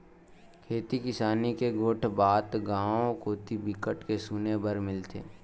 खेती किसानी के गोठ बात गाँव कोती बिकट के सुने बर मिलथे